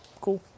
Cool